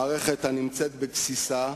מערכת בגסיסה,